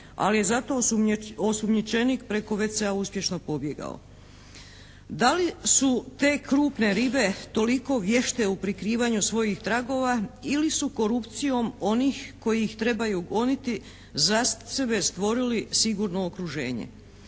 ali zato je osumnjičenik preko WC-a uspješno pobjegao. Da li su te krupne ribe toliko vješte u prikrivanju svojih tragova ili su korupcijom onih koji ih trebaju goniti za sebe stvorili sigurno okruženje.